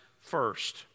first